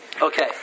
Okay